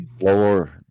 lower